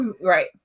right